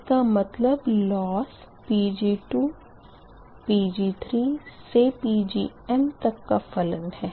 इसका मतलब लोस Pg2Pg3Pgm का फलन है